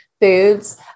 foods